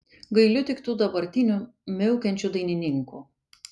gailiu tik tų dabartinių miaukiančių dainininkų